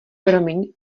promiň